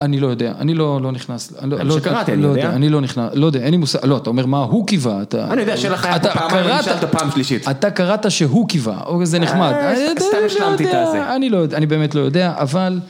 אני לא יודע, אני לא נכנס, אני לא יודע, אני לא נכנס, לא יודע, אין לי מושג, לא, אתה אומר מה, הוא קיווה, אתה... אני יודע, ש... פעמיים או נשאלת פעם שלישית. אתה קראת שהוא קיווה, זה נחמד. אהה, סתם השלמתי את הזה. אני לא יודע, אני באמת לא יודע, אבל...